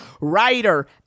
writer